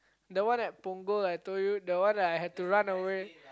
the one at Punggol I told you the one I had to run away